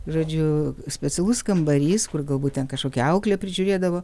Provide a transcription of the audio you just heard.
žodžiu specialus kambarys kur galbūt ten kažkokia auklė prižiūrėdavo